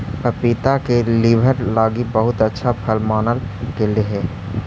पपीता के लीवर लागी बहुत अच्छा फल मानल गेलई हे